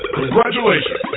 congratulations